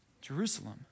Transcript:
Jerusalem